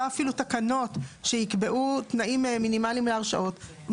אפילו תקנות שיקבעו תנאים מינימאליים להרשאות,